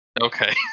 Okay